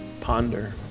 ponder